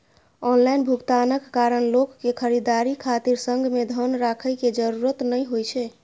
online भुगतानक कारण लोक कें खरीदारी खातिर संग मे धन राखै के जरूरत नै होइ छै